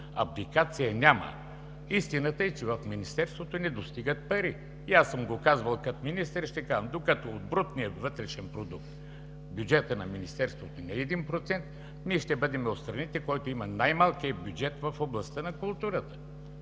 Абдикация няма. Истината е, че в Министерството не достигат пари. Аз съм го казвал като министър, и ще казвам: докато брутният вътрешен продукт в бюджета на Министерството ни е един процент, ние ще бъдем от страните, които имат най-малкия бюджет в областта на културата.